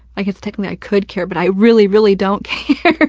i guess technically i could care, but i really, really don't care.